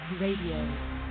Radio